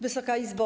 Wysoka Izbo!